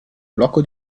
blocco